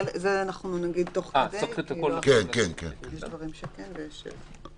את זה נגיד תוך כדי, יש דברים שכן ויש שלא.